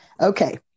Okay